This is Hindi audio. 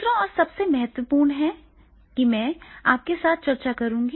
दूसरा और सबसे महत्वपूर्ण है कि मैं आपके साथ चर्चा करूंगा